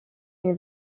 near